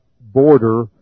border